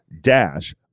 dash